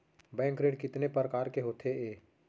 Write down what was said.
Bank ऋण कितने परकार के होथे ए?